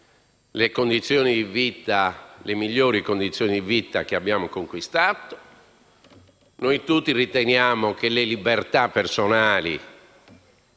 vogliamo difendere le migliori condizioni di vita che abbiamo conquistato. Noi tutti riteniamo che le libertà personali